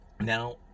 Now